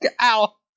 Ow